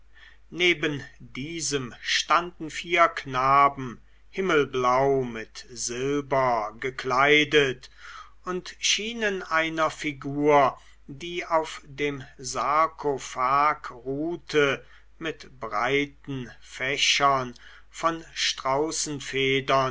neben diesem standen vier knaben himmelblau mit silber gekleidet und schienen einer figur die auf dem sarkophag ruhte mit breiten fächern von